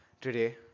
today